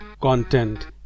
content